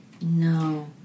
No